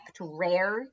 rare